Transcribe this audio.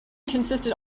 consisted